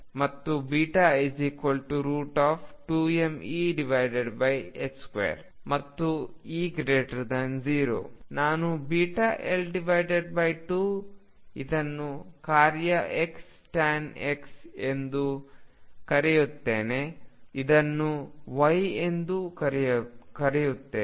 ನಾನು βL2ಇದನ್ನು ಕಾರ್ಯ X tan X ಎಂದು ಕರೆಯುತ್ತೇನೆ ಇದನ್ನು Y ಎಂದು ಕರೆಯುತ್ತೇನೆ